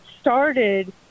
started